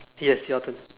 yes your turn